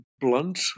blunt